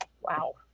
wow